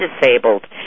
disabled